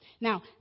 Now